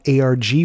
ARG